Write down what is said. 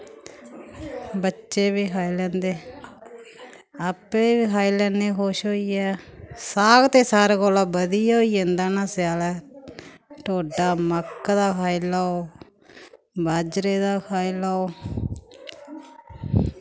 बच्चे बी खाई लैंदे आपूं बी खाई लैने खुश होइयै साग ते सारें कोला बधियै होई जंदा ना स्यालै टोड्डा मक्क दा खाई लाओ बाजरे दा खाई लाओ